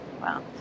Wow